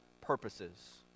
purposes